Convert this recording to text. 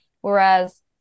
Whereas